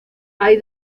hay